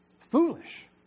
foolish